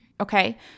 okay